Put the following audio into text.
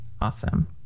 Awesome